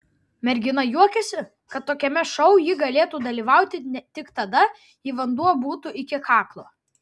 mergina juokėsi kad tokiame šou ji galėtų dalyvauti tik tada jei vanduo būtų iki kaklo